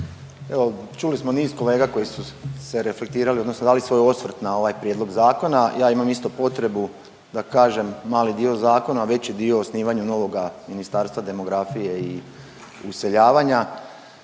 Evo čuli smo niz kolega koji su se reflektirali odnosno dali svoj osvrt na ovaj prijedlog zakona. Ja imam isto potrebu da kažem na ovaj dio zakona, veći dio osnivanje novoga Ministarstva demografije i useljavanja.